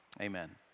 Amen